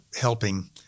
helping